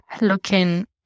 looking